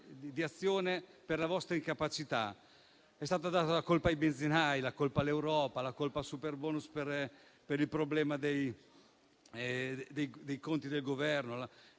altro della vostra incapacità. È stata data la colpa ai benzinai, all'Europa, al superbonus, per il problema dei conti del Governo.